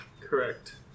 Correct